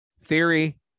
Theory